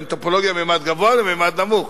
בין טופולוגיה בממד גבוה לממד נמוך.